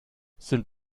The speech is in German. sind